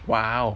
!wow!